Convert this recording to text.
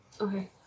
Okay